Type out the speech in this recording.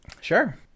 sure